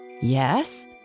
Yes